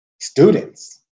students